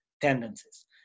tendencies